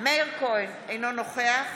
מאיר כהן, אינו נוכח